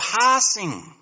passing